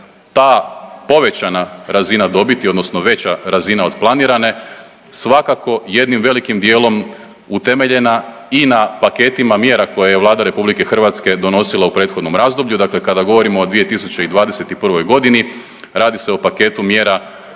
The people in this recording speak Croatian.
ta povećana razina dobiti odnosno veća razina od planirane svakako jednim velikim dijelom utemeljena i na paketima mjera koje je Vlada RH donosila u prethodnom razdoblju. Dakle, kada govorimo o 2021.g. radi se o paketu mjera